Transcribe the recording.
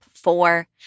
four